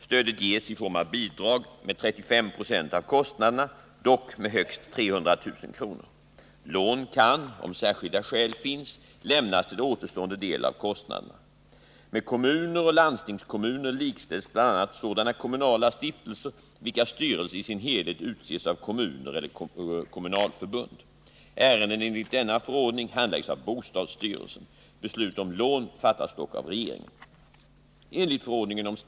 Stödet ges i form av bidrag med 35 96 av kostnaderna, dock med högst 300 000 kr. Lån kan om särskilda skäl finns lämnas till återstående del av kostnaderna. Med kommuner och landstingskommuner likställs bl.a. sådana kommunala stiftelser vilkas styrelse i sin helhet utses av kommuner eller kommunförbund. Ärenden enligt denna förordning handläggs av bostadsstyrelsen. Beslut om lån fattas dock av regeringen.